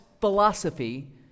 philosophy